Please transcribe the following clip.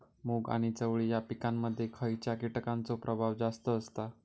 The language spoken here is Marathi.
मूग आणि चवळी या पिकांमध्ये खैयच्या कीटकांचो प्रभाव जास्त असता?